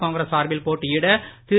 காங்கிரஸ் சார்பில் போட்டியிட திரு